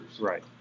Right